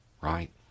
Right